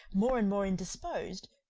more and more indisposed,